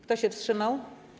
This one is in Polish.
Kto się wstrzymał?